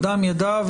אדם ידע,